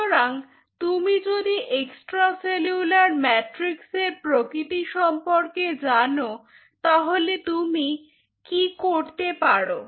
সুতরাং তুমি যদি এক্সট্রা সেলুলার ম্যাট্রিক্সের প্রকৃতি সম্পর্কে জানো তাহলে তুমি কি করতে পারো